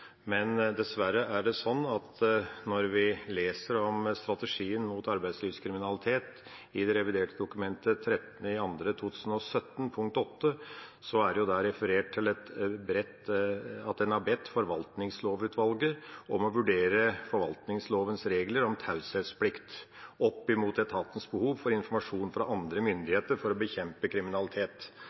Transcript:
Men dessverre er det sånn at når vi leser strategien mot arbeidslivskriminalitet, det reviderte dokumentet fra 13. februar 2017, punkt nr. 8, er det der referert til at en har bedt Forvaltningslovutvalget om å vurdere forvaltningslovens regler om taushetsplikt opp imot etatenes behov for informasjon fra andre myndigheter for å bekjempe kriminalitet.